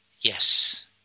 Yes